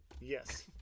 Yes